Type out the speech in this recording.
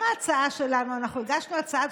הם בקואליציה,